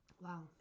Wow